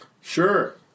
Sure